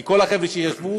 כי כל החבר'ה שישבו